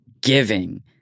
giving